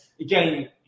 again